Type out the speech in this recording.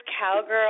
cowgirl